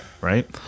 Right